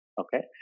Okay